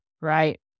Right